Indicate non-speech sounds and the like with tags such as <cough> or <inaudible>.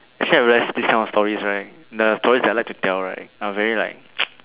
actually I realised this kind of stories right the stories that I like to tell right are very like <noise>